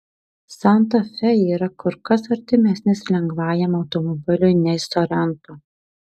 santa fe yra kur kas artimesnis lengvajam automobiliui nei sorento